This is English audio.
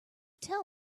tell